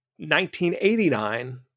1989